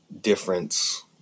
difference